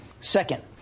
Second